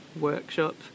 workshop